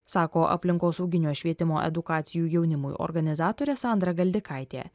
sako aplinkosauginio švietimo edukacijų jaunimui organizatorė sandra galdikaitė